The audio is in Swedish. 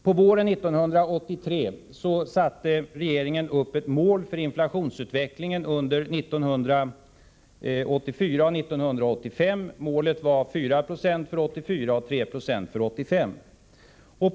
På våren 1983 satte regeringen upp ett mål för inflationsutvecklingen under 1984 och 1985. Målet var 4 90 för 1984 och 3 96 för 1985.